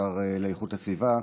השר לאיכות הסביבה,